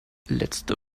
letzte